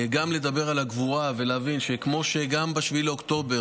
גם לדבר על הגבורה ולהבין שכמו שגם ב-7 באוקטובר